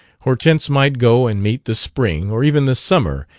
hortense might go and meet the spring or even the summer,